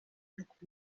look